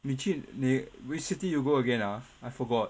你去哪 which city you go again ah I forgot